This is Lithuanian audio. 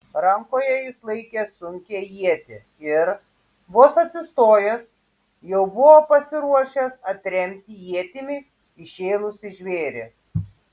rankoje jis laikė sunkią ietį ir vos atsistojęs jau buvo pasiruošęs atremti ietimi įšėlusį žvėrį